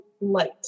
light